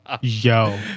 Yo